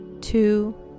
two